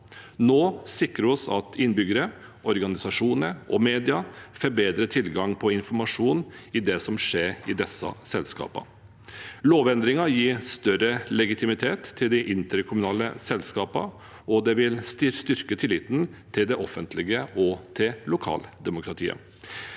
Nå sikrer vi at innbyggere, organisasjoner og media får bedre tilgang på informasjon om det som skjer i disse selskapene. Lovendringen gir større legitimitet til de interkommunale selskapene, og det vil styrke tilliten til det offentlige og til lokaldemokratiet.